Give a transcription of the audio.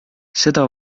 seda